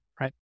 right